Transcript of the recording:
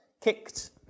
kicked